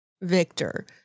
Victor